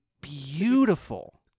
beautiful